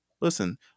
listen